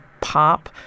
pop